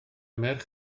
merch